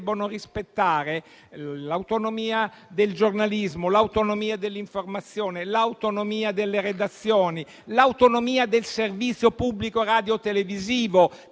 rispettare l'autonomia del giornalismo, l'autonomia dell'informazione, l'autonomia delle redazioni e l'autonomia del servizio pubblico radiotelevisivo,